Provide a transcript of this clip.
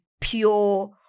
pure